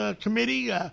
Committee